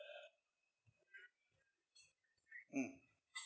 mm